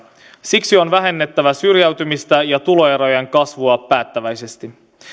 siksi on vähennettävä syrjäytymistä ja tuloerojen kasvua päättäväisesti